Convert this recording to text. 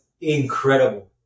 incredible